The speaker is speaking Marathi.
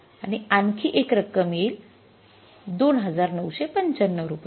आणि आणखी एक रक्कम येईल २९९५ रुपये